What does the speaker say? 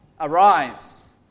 Arise